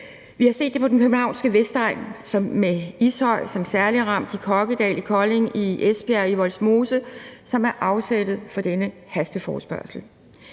Vi har set det på den københavnske vestegn med Ishøj som særligt ramt, i Kokkedal, i Kolding, i Esbjerg, i Vollsmose, og det er afsættet for denne hasteforespørgsel.